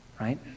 right